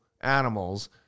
animals